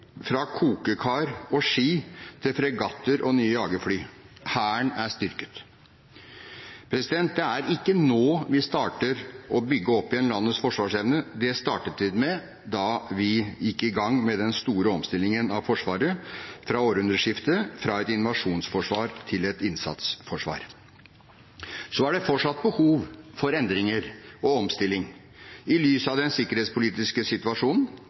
fra kokekar og ski til fregatter og nye jagerfly. Hæren er styrket. Det er ikke nå vi starter å bygge opp igjen landets forsvarsevne. Det startet vi med da vi gikk i gang med den store omstillingen av Forsvaret fra århundreskiftet, fra et invasjonsforsvar til et innsatsforsvar. Så er det fortsatt behov for endringer og omstilling, i lys av den sikkerhetspolitiske situasjonen,